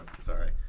Sorry